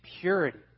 purity